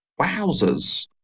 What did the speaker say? wowzers